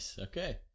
okay